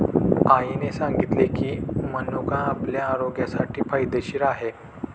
आईने सांगितले की, मनुका आपल्या आरोग्यासाठी फायदेशीर आहे